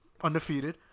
Undefeated